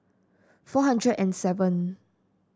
four hundred and seven